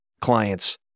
clients